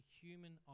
human